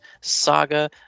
saga